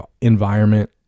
environment